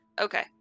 Okay